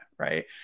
right